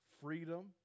freedom